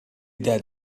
dead